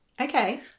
okay